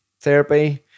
therapy